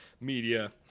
media